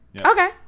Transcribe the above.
Okay